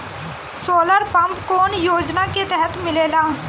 Solar pump कौने योजना के तहत मिलेला?